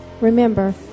Remember